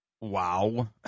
Wow